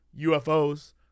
UFOs